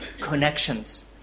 connections